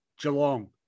Geelong